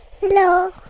Hello